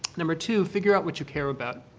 number two, figure out what you care about.